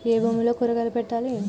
ఏ భూమిలో కూరగాయలు పెట్టాలి?